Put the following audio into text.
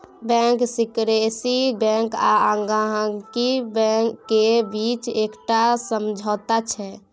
bank secrecy bank आ गांहिकी केर बीचक एकटा समझौता छै